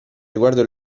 riguardo